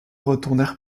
retournèrent